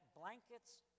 blankets